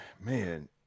man